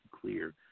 clear